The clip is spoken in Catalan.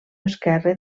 esquerre